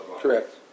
correct